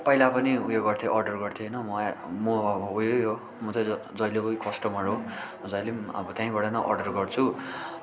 पहिला पनि उयो गर्थेँ अर्डर गर्थेँ होइन म आ म अब उयै हो म त जहिल्यैको कस्टमर हो जहिले पनि अब त्यहीँबाट नै अर्डर गर्छु